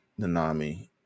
Nanami